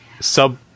sub